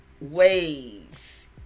ways